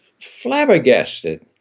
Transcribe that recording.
flabbergasted